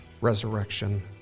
resurrection